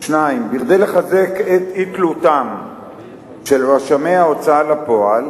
2. כדי לחזק את אי-תלותם של רשמי ההוצאה לפועל